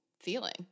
feeling